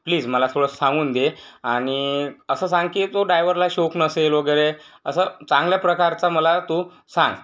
please मला थोडंसं सांगून दे आणि असं सांग की तो डायव्हरला शौक नसेल वगैरे असं चांगल्या प्रकारचा मला तो सांग